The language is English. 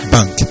Bank